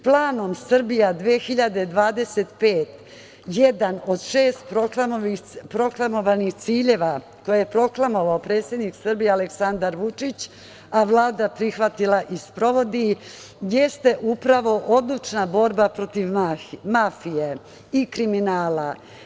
Planom Srbija 2025 jedan od šest proklamovanih ciljeva, koje je proklamovao predsednik Srbije Aleksandar Vučić, a Vlada prihvatila i sprovodi, jeste upravo odlučna borba protiv mafije i kriminala.